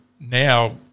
now